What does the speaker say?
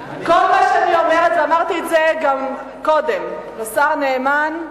כל מה שאני אומרת, ואמרתי את זה גם קודם לשר נאמן,